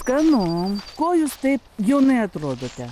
skanu ko jūs taip jaunai atrodote